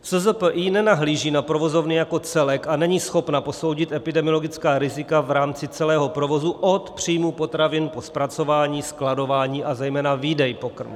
SZPI nenahlíží na provozovny jako celek a není schopna posoudit epidemiologická rizika v rámci celého provozu od příjmu potravin po zpracování, skladování, a zejména výdej pokrmů.